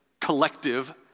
collective